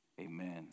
Amen